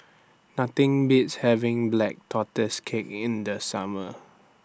Nothing Beats having Black Tortoise Cake in The Summer